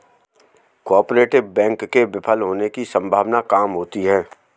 cooperative bank के विफल होने की सम्भावना काम होती है